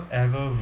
ever